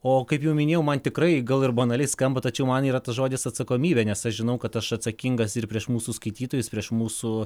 o kaip jau minėjau man tikrai gal ir banaliai skamba tačiau man yra tas žodis atsakomybė nes aš žinau kad aš atsakingas ir prieš mūsų skaitytojus prieš mūsų